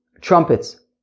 trumpets